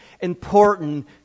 important